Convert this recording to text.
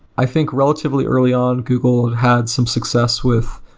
i think re latively early on, google had some success with